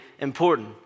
important